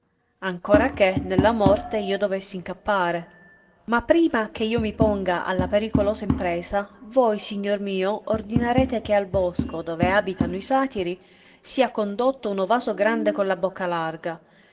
ancora che nella morte io dovessi incappare ma prima che io mi ponga alla pericolosa impresa voi signor mio ordinarete che al bosco dove abitano i satiri sia condotto uno vaso grande con la bocca larga